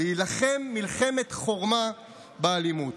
להילחם מלחמת חורמה באלימות.